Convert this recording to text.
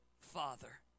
Father